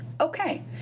okay